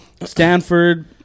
Stanford